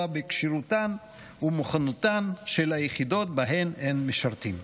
בכשירותן ובמוכנותן של היחידות שבהן הם משרתים.